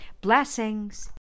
Blessings